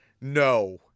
No